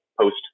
post